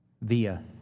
via